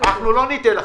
לא ניתן לכם.